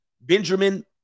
Benjamin